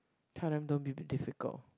tell them don't be be difficult